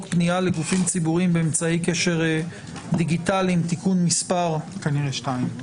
פנייה לגופים ציבוריים באמצעי קשר דיגיטליים (תיקון מס' 2),